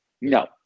No